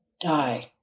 die